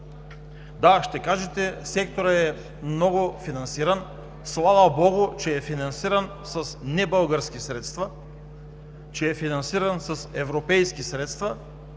Ще кажете, че секторът е много финансиран. Слава богу, че е финансиран с небългарски средства, че е финансиран с Европейски средства.